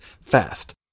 fast